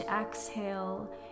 exhale